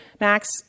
Max